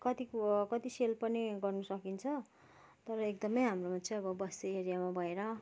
कतिको कति सेल पनि गर्नसकिन्छ तर एकदमै हाम्रोमा चाहिँ अब बस्ती एरियामा भएर